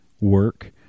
work